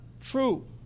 true